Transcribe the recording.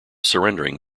surrendering